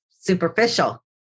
superficial